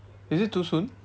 is it too soon